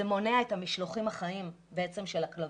זה מונע את המשלוחים החיים של הכלבים,